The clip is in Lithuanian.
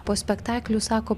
po spektaklių sako